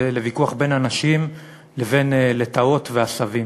לוויכוח בין אנשים לבין לטאות ועשבים.